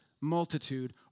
multitude